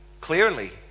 clearly